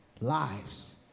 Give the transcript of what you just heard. lives